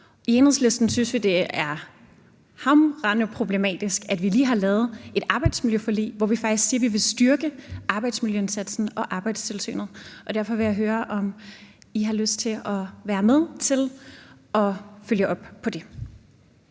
I Enhedslisten synes vi, det er hamrende problematisk, at vi lige har lavet et arbejdsmiljøforlig, hvor vi faktisk siger vi vil styrke arbejdsmiljøindsatsen og Arbejdstilsynet. Derfor vil jeg høre, om I har lyst til at være med til at følge op på det?